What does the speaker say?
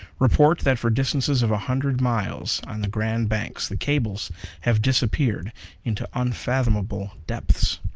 report that for distances of a hundred miles on the grand banks the cables have disappeared into unfathomable depths.